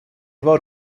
war